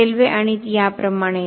railway आणि याप्रमाणे